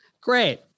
Great